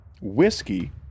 whiskey